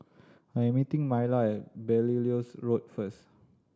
I am meeting Myla at Belilios Road first